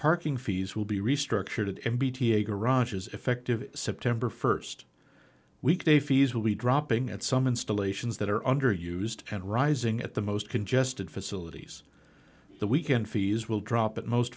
parking fees will be restructured m b t a garage is effective september st weekday fees will be dropping at some installations that are underused and rising at the most congested facilities the weekend fees will drop at most